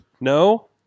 No